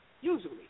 usually